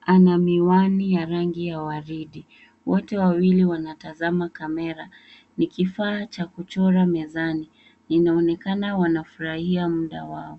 ana miwani ya rangi ya waridi. Wote wawili wanatazama kamera. Ni kifaa cha kuchora mezani na inaonekana wanafurahia muda wao.